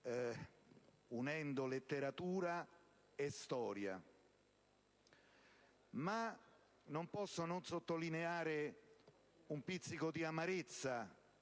unendo letteratura e storia. Ma non posso non sottolineare un pizzico di amarezza